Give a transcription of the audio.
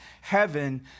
heaven